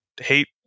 hate